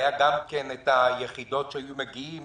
היו גם היחידות שמגיעות